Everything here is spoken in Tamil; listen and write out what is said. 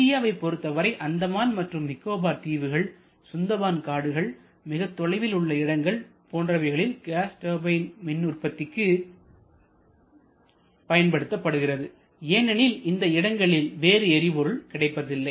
இந்தியாவைப் பொருத்தவரையில் அந்தமான் மற்றும் நிக்கோபார் தீவுகள் சுந்தர்பான் காடுகளில் மிகத் தொலைவில் உள்ள இடங்கள் போன்றவைகளில் கேஸ் டர்பைன் மின்உற்பத்திக்கு பயன்படுத்தப்படுகிறது ஏனெனில் இந்த இடங்களில் வேறு எரிபொருள் கிடைப்பதில்லை